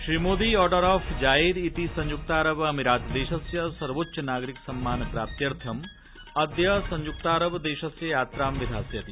Shri Modi order of Zayed इति संयक्तारबदेशस्य सर्वोच्च नागरिक सम्मान प्राप्तयर्थम् अद्य संयृतारबदेशस्य यात्रां विधास्यति